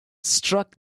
struck